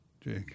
Jake